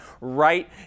right